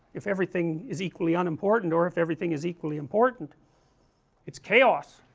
if everything is equally unimportant or if everything is equally important it's chaos,